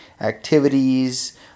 activities